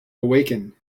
awaken